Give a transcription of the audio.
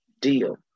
deal